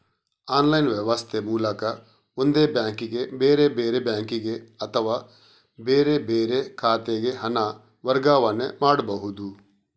online ವ್ಯವಸ್ಥೆ ಮೂಲಕ ಒಂದೇ ಬ್ಯಾಂಕಿಗೆ, ಬೇರೆ ಬೇರೆ ಬ್ಯಾಂಕಿಗೆ ಅಥವಾ ಬೇರೆ ಬೇರೆ ಖಾತೆಗೆ ಹಣ ವರ್ಗಾವಣೆ ಮಾಡ್ಬಹುದು